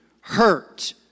hurt